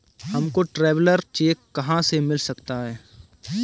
हमको traveller cheque कहाँ से मिल सकता है?